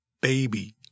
baby